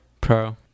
pro